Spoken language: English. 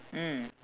mm